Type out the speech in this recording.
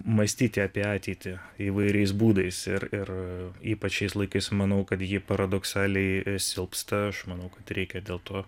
mąstyti apie ateitį įvairiais būdais ir ir ypač šiais laikais manau kad ji paradoksaliai silpsta aš manau kad reikia dėl to